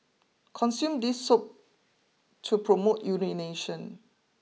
consume this soup to promote urination